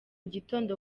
gitondo